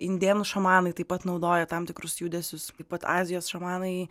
indėnų šamanai taip pat naudoja tam tikrus judesius taip pat azijos šamanai